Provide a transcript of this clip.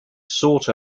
sought